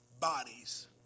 bodies